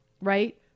right